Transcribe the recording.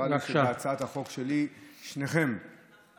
נראה לי שלהצעת החוק שלי שניכם מסכימים,